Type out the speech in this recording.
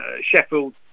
Sheffield